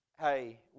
Hey